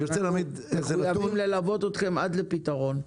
אנחנו הולכים ללוות אתכם עד לפתרון.